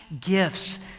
gifts